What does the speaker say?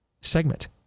segment